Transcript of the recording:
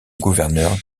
gouverneur